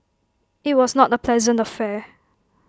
IT was not A pleasant affair